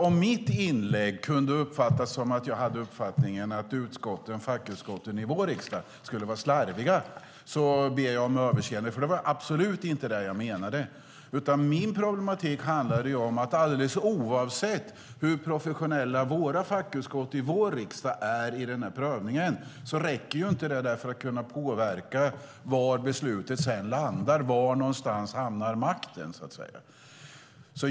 Om mitt inlägg kunde uppfattas som att jag har uppfattningen att fackutskotten i vår riksdag skulle vara slarviga ber jag om överseende, för det var absolut inte det jag menade. Problemet som jag tog upp handlade om att alldeles oavsett hur professionella våra fackutskott i vår riksdag är i subsidiaritetsprövningen räcker det inte för att kunna påverka var beslutet sedan landar, var makten hamnar någonstans så att säga.